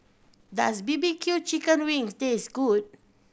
does B B Q chicken wings taste good